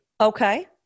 Okay